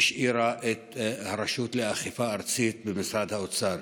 היא השאירה את הרשות לאכיפה ארצית במשרד האוצר.